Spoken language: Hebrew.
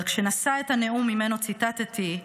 אבל כשנשא את הנאום שממנו ציטטתי,